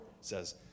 says